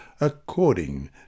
according